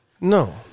No